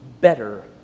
better